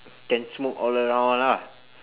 can smoke all around [one] lah